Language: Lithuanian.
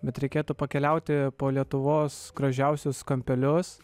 bet reikėtų pakeliauti po lietuvos gražiausius kampelius